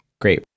great